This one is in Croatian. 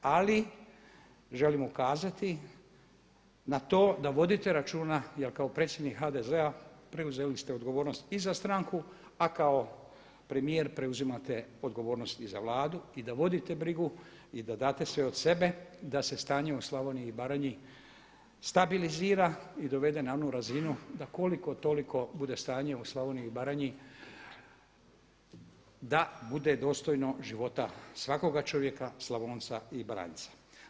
Ali želim ukazati na to da vodite računa, jer kao predsjednik HDZ-a preuzeli ste odgovornost i za stranku, a kao premijer preuzimate odgovornost i za Vladu i da vodite brigu i da date sve od sebe da se stanje u Slavoniji i Baranji stabilizira i dovede na onu razinu da koliko toliko bude stanje u Slavoniji i Baranji da bude dostojno života svakoga čovjeka Slavonca i Baranjca.